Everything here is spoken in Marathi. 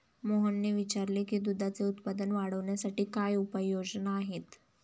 मोहनने विचारले की दुधाचे उत्पादन वाढवण्यासाठी काय उपाय योजना आहेत?